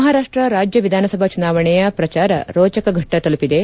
ಮಹಾರಾಷ್ಟ ರಾಜ್ಯ ವಿಧಾನಸಭಾ ಚುನಾವಣೆಯ ಪ್ರಚಾರ ರೋಚಕ ಘಟ್ಟ ತಲುಪಿದೆ